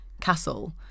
castle